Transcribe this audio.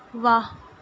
ਵਾਹ